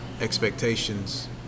expectations